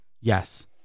Yes